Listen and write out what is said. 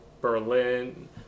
Berlin